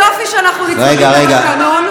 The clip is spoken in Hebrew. יופי שאנחנו נצמדים לתקנון.